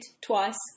twice